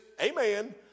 amen